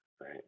right